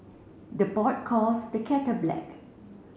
the pot calls the kettle black